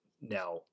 Now